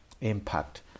impact